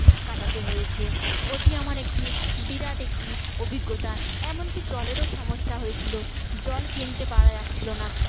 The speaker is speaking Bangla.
কাটাতে হয়েছে ওটি আমার একটি বিরাট একটি অভিজ্ঞতা এমনকি জলেরও সমস্যা হয়েছিল জল কিনতে পারা যাচ্ছিল না